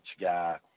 guy